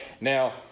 Now